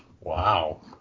Wow